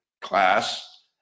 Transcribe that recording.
class